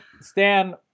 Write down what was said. Stan